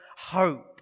hope